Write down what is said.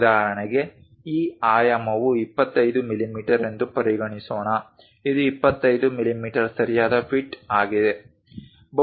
ಉದಾಹರಣೆಗೆ ಈ ಆಯಾಮವು 25 ಮಿಮೀ ಎಂದು ಪರಿಗಣಿಸೋಣ ಇದು 25 ಮಿಮೀ ಸರಿಯಾದ ಫಿಟ್ ಆಗಿದೆ